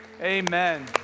Amen